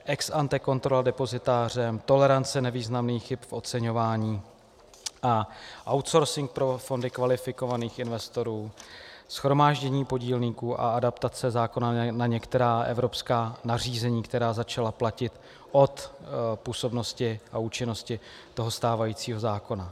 Ex ante kontrola depozitářem, tolerance nevýznamných chyb v oceňování a outsourcing pro fondy kvalifikovaných investorů, shromáždění podílníků a adaptace zákona na některá evropská nařízení, která začala platit od působnosti a účinnosti toho stávajícího zákona.